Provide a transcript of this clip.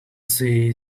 see